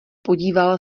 podíval